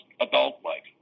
adult-like